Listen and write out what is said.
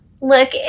look